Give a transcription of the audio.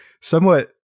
somewhat